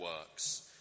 works